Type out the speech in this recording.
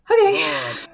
Okay